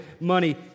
money